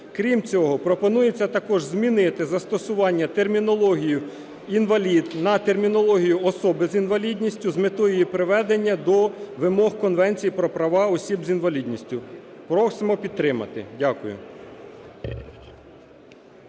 Крім цього, пропонується також змінити застосування термінології "інвалід" на термінологію "особи з інвалідністю" з метою її приведення до вимог Конвенції про права осіб з інвалідністю. Просимо підтримати. Дякую.